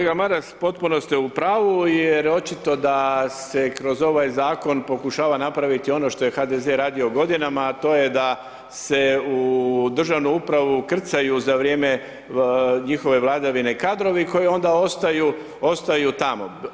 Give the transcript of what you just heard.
Kolega Maras, potpuno ste u pravu jer očito da se kroz ovaj zakon pokušava napraviti ono što je HDZ radio godinama a to je da se u državnu upravu krcaju za vrijeme njihove vladavine kadrovi, koji onda ostaju tamo.